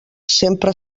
sempre